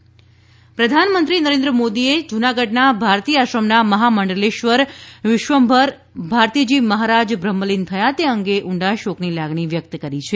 પ્રધાનમંત્રી ભારતીબાપુ પ્રધાનમંત્રી નરેન્દ્ર મોદીએ જૂનાગઢના ભારતી આશ્રમના મહામંડલેશ્વર વિશ્વંભર ભારતીજી મહારાજ બ્રહ્મલીન થયા તે અંગે ઉંડા શોકની લાગણી વ્યક્ત કરી છે